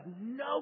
no